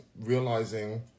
realizing